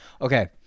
Okay